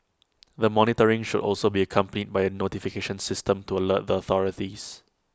the monitoring should also be accompanied by A notification system to alert the authorities